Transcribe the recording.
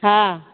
हॅं